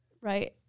right